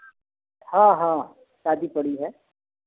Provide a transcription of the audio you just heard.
हाँ हाँ शादी पड़ी है